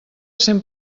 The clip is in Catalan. cent